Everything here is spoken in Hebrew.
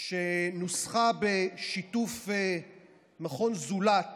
שנוסחה בשיתוף מכון זולת